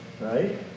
right